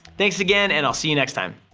thanks again, and i'll see you next time.